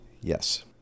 Yes